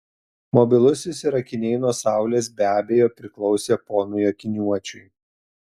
mobilusis ir akiniai nuo saulės be abejo priklausė ponui akiniuočiui